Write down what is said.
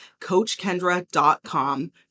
CoachKendra.com